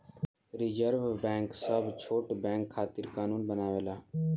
reserve bank सब छोट bank खातिर कानून बनावेला